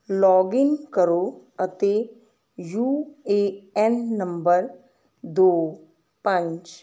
login ਕਰੋ ਅਤੇ U A N ਨੰਬਰ ਦੋ ਪੰਜ